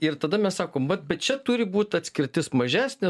ir tada mes sakom vat bet čia turi būt atskirtis mažesnė